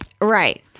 Right